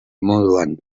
moduan